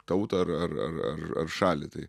tautą ar ar ar ar ar šalį tai